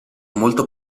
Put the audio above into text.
molto